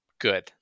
good